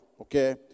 okay